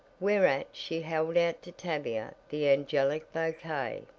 whereat she held out to tavia the angelic bouquet.